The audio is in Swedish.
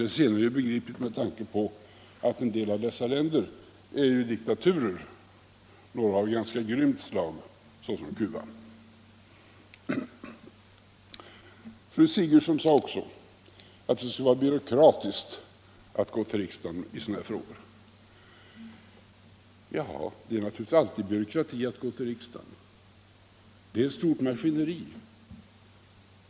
Det senare är begripligt med tanke på att en del av dessa länder är diktaturer, några av ganska grymt slag såsom Cuba. Fru Sigurdsen sade också att det skulle vara byråkratiskt att gå till riksdagen i sådana här frågor. Ja, det är naturligtvis alltid byråkratiskt att gå till riksdagen! Det är ett stort maskineri.